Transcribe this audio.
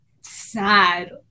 sad